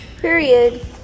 Period